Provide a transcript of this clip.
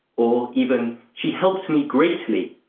or even, she helped me greatly,